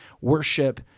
worship